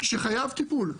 שחייב טיפול,